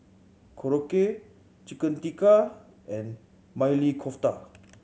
Korokke Chicken Tikka and Maili Kofta